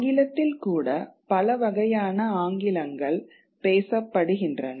ஆங்கிலத்தில் கூட பல வகையான ஆங்கிலங்கள் பேசப்படுகின்றன